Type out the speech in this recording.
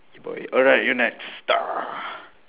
boy alright you're next